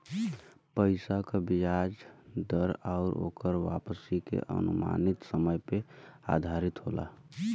पइसा क बियाज दर आउर ओकर वापसी के अनुमानित समय पे आधारित होला